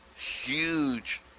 huge